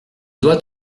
dois